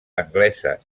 anglesa